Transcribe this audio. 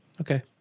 okay